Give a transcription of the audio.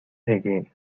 again